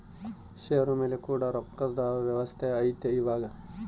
ಷೇರು ಮೇಲೆ ಕೂಡ ರೊಕ್ಕದ್ ವ್ಯವಸ್ತೆ ಐತಿ ಇವಾಗ